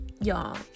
y'all